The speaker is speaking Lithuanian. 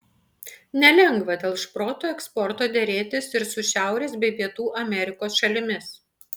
nelengva dėl šprotų eksporto derėtis ir su šiaurės bei pietų amerikos šalimis